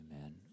Amen